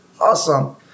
Awesome